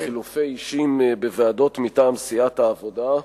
חילופי אישים בוועדות מטעם סיעת העבודה: